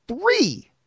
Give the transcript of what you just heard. three